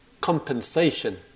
compensation